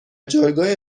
جایگاه